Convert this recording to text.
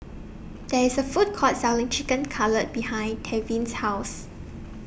There IS A Food Court Selling Chicken Cutlet behind Tevin's House